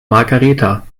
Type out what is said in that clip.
margaretha